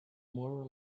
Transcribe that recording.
more